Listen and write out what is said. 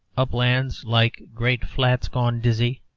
uplands like great flats gone dizzy,